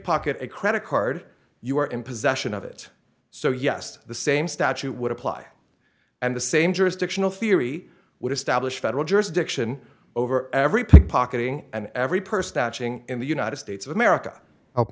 pocket a credit card you are in possession of it so yes the same statute would apply and the same jurisdictional theory would establish federal jurisdiction over every pickpocketing and every person in the united states of america help